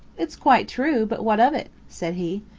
it's quite true, but what of it? said he.